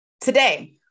Today